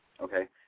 okay